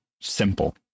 simple